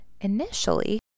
initially